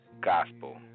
gospel